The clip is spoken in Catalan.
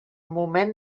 moment